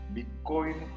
Bitcoin